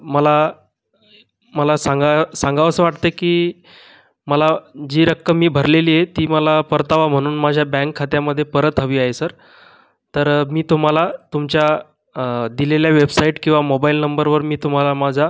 मला मला सांगा सांगावंसं वाटतं आहे की मला जी रक्कम मी भरलेली आहे ती मला परतावा म्हणून माझ्या बँक खात्यामधे परत हवी आहे सर तर मी तुम्हाला तुमच्या दिलेल्या वेबसाईट किंवा मोबाईल नंबरवर मी तुम्हाला माझा